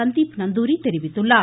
சந்தீப் நந்தூரி தெரிவித்துள்ளார்